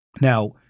Now